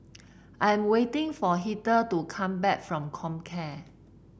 I'm waiting for Heather to come back from Comcare